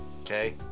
Okay